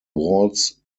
walls